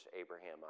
Abraham